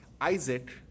Isaac